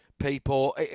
people